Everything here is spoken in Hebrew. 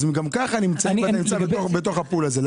אם כן, גם כך הם נמצאים בתוך ה-פול הזה.